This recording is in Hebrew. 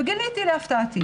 גיליתי להפתעתי